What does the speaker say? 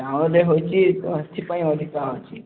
ଟାଉନ୍ରେ ହୋଇଛି ସେଥିପାଇଁ ଅଧିକା ଅଛି